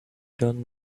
turn